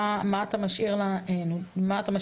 מה אתה משאיר לנו פה.